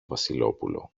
βασιλόπουλο